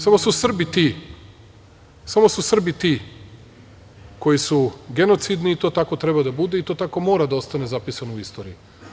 Samo su Srbi ti koji su genocidni i to tako treba da bude i to tako mora da ostane zapisano u istoriji.